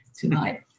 tonight